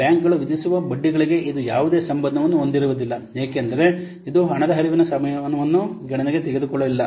ಆದ್ದರಿಂದ ಬ್ಯಾಂಕುಗಳು ವಿಧಿಸುವ ಬಡ್ಡಿದರಗಳಿಗೆ ಇದು ಯಾವುದೇ ಸಂಬಂಧವನ್ನು ಹೊಂದಿರುವುದಿಲ್ಲ ಏಕೆಂದರೆ ಇದು ಹಣದ ಹರಿವಿನ ಸಮಯವನ್ನು ಗಣನೆಗೆ ತೆಗೆದುಕೊಳ್ಳುವುದಿಲ್ಲ